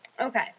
Okay